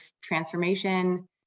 transformation